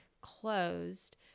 closed